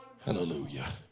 hallelujah